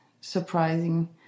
surprising